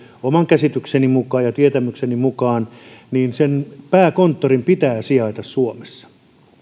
oman käsitykseni mukaan ja tietämykseni mukaan pääkonttorin pitää sijaita suomessa